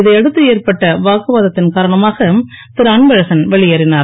இதை அடுத்து ஏற்பட்ட வாக்குவாதத்தின் காரணமாக திரு அன்பழகன் வெளியேறினார்